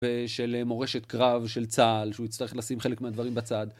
של מורשת קרב של צה", שהוא יצטרך לשים חלק מהדברים בצד.